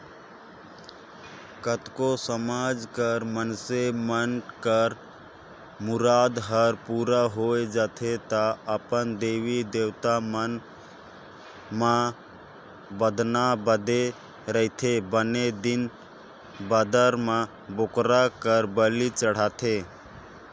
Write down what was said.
कतको समाज कर मइनसे मन कर मुराद हर पूरा होय जाथे त अपन देवी देवता मन म बदना बदे रहिथे बने दिन बादर म बोकरा कर बली चढ़ाथे